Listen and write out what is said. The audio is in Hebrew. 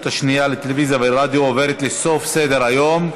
השנייה לטלוויזיה עוברת לסוף סדר-היום.